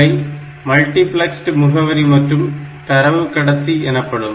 அவை மல்டிபிளக்ஸ்டு முகவரி மற்றும் தரவு கடத்தி எனப்படும்